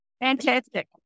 Fantastic